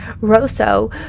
Rosso